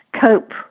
Cope